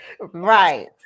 Right